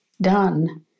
done